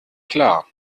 klar